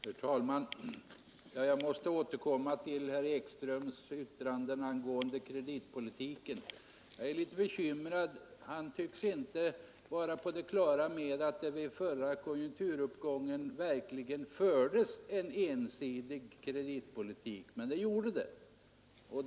Herr talman! Jag måste återkomma till herr Ekströms yttrande angående kreditpolitiken. Jag är litet bekymrad därvidlag. Han tycks inte vara på det klara med att man vid förra konjunkturuppgången verkligen förde en ensidig kreditpolitik. Det gjorde man.